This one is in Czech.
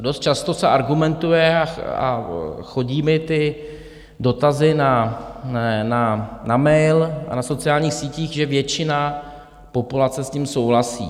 Dost často se argumentuje, a chodí mi ty dotazy na mail a na sociálních sítích, že většina populace s tím souhlasí.